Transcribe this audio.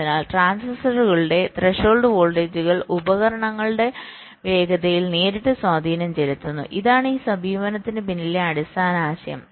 അതിനാൽ ട്രാൻസിസ്റ്ററുകളുടെ ത്രെഷോൾഡ് വോൾട്ടേജുകൾ ഉപകരണങ്ങളുടെ വേഗതയിൽ നേരിട്ട് സ്വാധീനം ചെലുത്തുന്നു ഇതാണ് ഈ സമീപനത്തിന് പിന്നിലെ അടിസ്ഥാന ആശയം